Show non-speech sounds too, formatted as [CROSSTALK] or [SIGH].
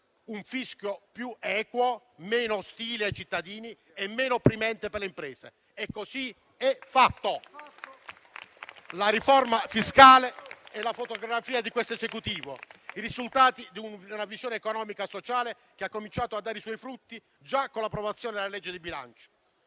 un fisco più equo, meno ostile verso i cittadini e meno opprimente per le imprese e così è fatto. [APPLAUSE] La riforma fiscale è la fotografia di questo Esecutivo, il risultato di una visione economica e sociale che ha cominciato a dare i suoi frutti già con l'approvazione della legge di bilancio,